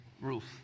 roof